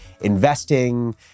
investing